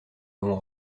avons